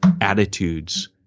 attitudes